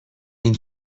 این